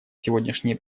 сегодняшние